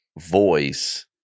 voice